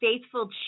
faithful